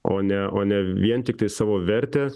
o ne o ne vien tiktai savo vertę